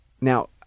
Now